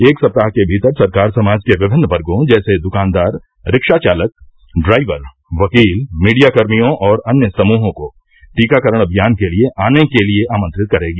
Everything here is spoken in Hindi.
एक सप्ताह के भीतर सरकार समाज के विभिन्न वर्गो जैसे दुकानदार रिक्शा चालक ड्राइवर वकील मीडियाकर्मियों और अन्य समूहों को टीकाकरण अभियान के लिए आने के लिए आमंत्रित करेगी